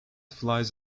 flies